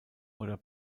oder